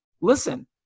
listen